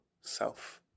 self